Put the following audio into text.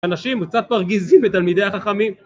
אנשים, הם קצת מרגיזים את תלמידי החכמים.